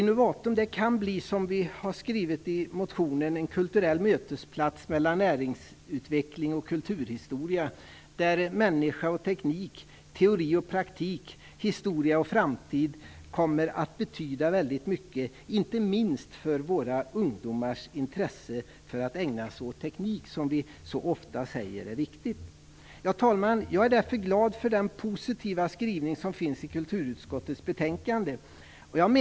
Som vi har skrivit i motionen kan Innovatum bli en kulturell mötesplats mellan näringsutveckling och kulturhistoria där människa och teknik, teori och praktik, historia och framtid kommer att betyda väldig mycket, inte minst för våra ungdomars intresse för att ägna sig åt teknik. Vi säger ju så ofta att det är viktigt. Fru talman! Jag är därför glad för den positiva skrivning som finns i kulturutskottets betänkande.